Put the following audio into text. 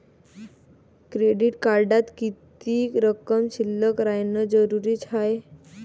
Credit कार्डात किती रक्कम शिल्लक राहानं जरुरी हाय?